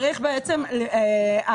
נכון.